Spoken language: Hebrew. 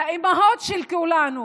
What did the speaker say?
לאימהות של כולנו,